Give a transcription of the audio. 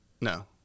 no